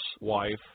wife